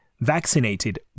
vaccinated